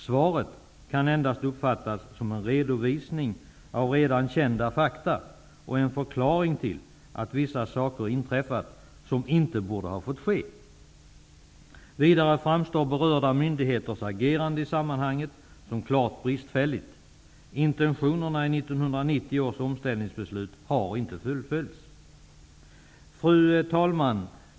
Svaret kan endast uppfattas som en redovisning av redan kända fakta och som en förklaring till att vissa saker har inträffat, som inte borde ha fått ske. Vidare framstår berörda myndigheters agerande i sammanhanget som klart bristfälligt. Intentionerna i 1990 års omställningsbeslut har inte fullföljts. Fru talman!